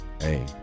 hey